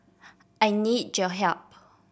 I need your help